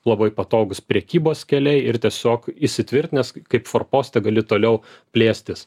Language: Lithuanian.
labai patogūs prekybos keliai ir tiesiog įsitvirtinęs kaip forpostą gali toliau plėstis